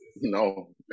No